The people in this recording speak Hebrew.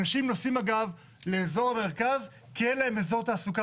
אנשים נוסעים לאזור המרכז כי אין להם אזור תעסוקה